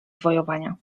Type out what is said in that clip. wojowania